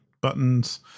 buttons